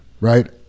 right